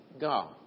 God